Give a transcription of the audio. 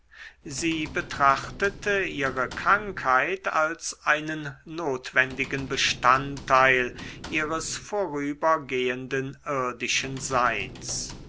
sie betrachtete ihre krankheit als einen notwendigen bestandteil ihres vorübergehenden irdischen seins